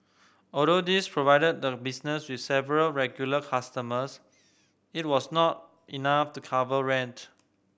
although these provided the business with several regular customers it was not enough to cover rent